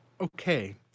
okay